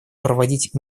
проводить